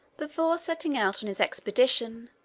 before setting out on his expedition,